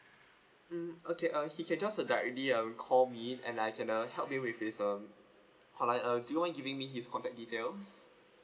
mm okay uh he can just uh directly uh call me and I can uh help you with his um online uh do you mind giving me his contact details